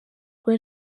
rwa